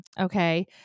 okay